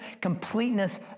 completeness